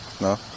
No